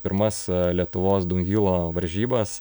pirmas lietuvos dunhylo varžybas